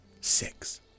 Six